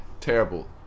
Terrible